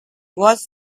was